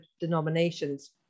denominations